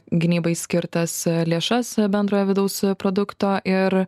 gynybai skirtas lėšas bendrojo vidaus produkto ir